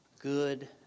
good